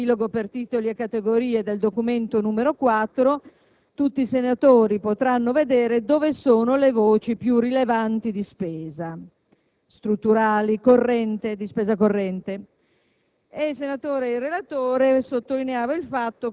oculi* (si veda la voce spesa riepilogo per titoli e categorie del documento numero 4) tutti i senatori potranno vedere dove sono le voci più rilevanti di spesa corrente strutturale.